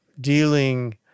dealing